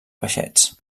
peixets